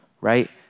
right